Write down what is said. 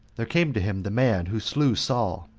there came to him the man who slew saul,